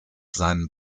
seinen